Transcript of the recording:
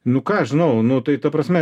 nu ką aš žinau nu tai ta prasme